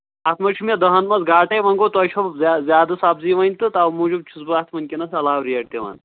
اَتھ منٛز چھُ مےٚ دَہن منٛز گھاٹَے وۄنۍ گوٚو تۄہہِ چھو زیا زیادٕ سَبزی وۄنۍ تہٕ تَوٕ موٗجوٗب چھُس بہٕ اَتھ وٕنۍکٮ۪نَس اَتھ علاوٕ ریٹ دِوان